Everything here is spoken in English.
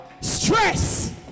Stress